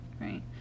Right